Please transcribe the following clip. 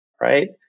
right